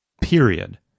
period